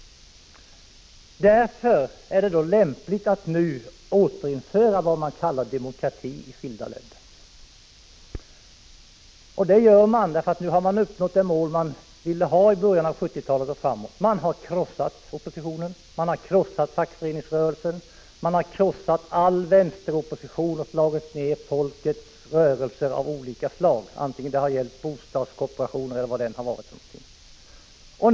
Därför är det lämpligt att nu återinföra vad man i skilda länder kallar för demokrati. Det görs därför att man nu har nått det mål man ställde upp i början av 1970-talet. Man har krossat oppositionen, fackföreningsrörelsen och all vänsteropposition. Man har slagit ned folkets rörelser av olika slag, vare sig det har gällt bostadskooperation eller något annat.